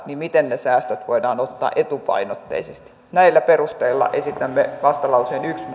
niin miten ne säästöt voidaan ottaa etupainotteisesti näillä perusteilla esitämme vastalauseen